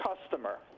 customer